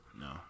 No